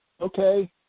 Okay